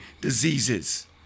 diseases